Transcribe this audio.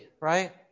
right